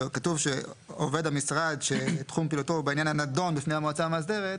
שתחום עיסוקם נוגע לעניין מסוים הנדון במועצה המאסדרת,